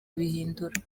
bihindura